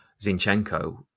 Zinchenko